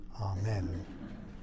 Amen